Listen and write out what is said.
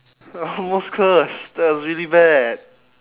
I almost cursed that was really bad